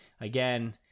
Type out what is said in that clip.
again